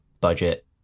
budget